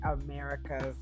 America's